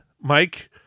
Mike